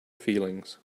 feelings